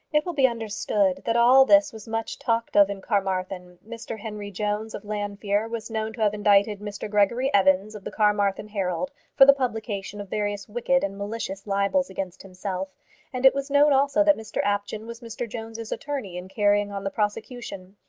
it will be understood that all this was much talked of in carmarthen. mr henry jones, of llanfeare, was known to have indicted mr gregory evans, of the carmarthen herald, for the publication of various wicked and malicious libels against himself and it was known also that mr apjohn was mr jones's attorney in carrying on the prosecution.